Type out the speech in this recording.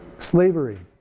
slavery,